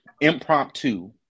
impromptu